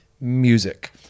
music